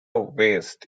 west